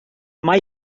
mai